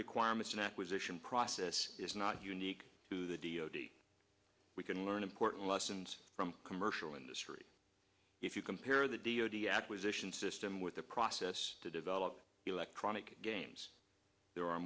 requirements and acquisition process is not unique to the d o d we can learn important lessons from commercial industry if you compare the d o d acquisition system with the process to develop electronic games there are